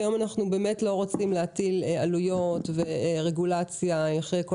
כי היום אנחנו לא רוצים להטיל עלויות ורגולציה אחרי כל